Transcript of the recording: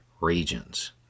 regions